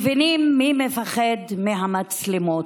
מבינים מי מפחד מהמצלמות.